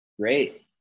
Great